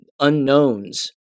unknowns